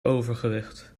overgewicht